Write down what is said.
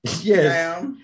Yes